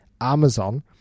Amazon